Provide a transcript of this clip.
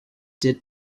did